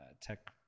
tech